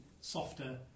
softer